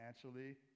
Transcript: financially